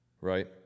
Right